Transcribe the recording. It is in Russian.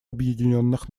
объединенных